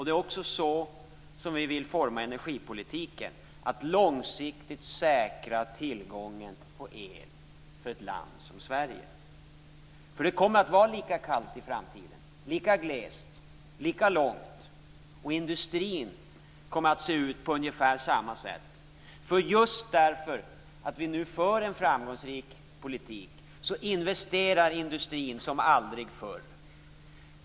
Det är också så vi vill forma energipolitiken, att långsiktigt säkra tillgången på el för ett land som Sverige. Det kommer att vara lika kallt i framtiden, lika glest och lika långt, och industrin kommer att se ut på ungefär samma sätt. Just därför att vi nu för en framgångsrik politik investerar industrin som aldrig förr.